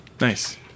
Nice